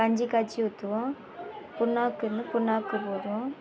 கஞ்சி காய்ச்சி ஊற்றுவோம் புண்ணாக்கு இருந்தால் புண்ணாக்கு போடுவோம்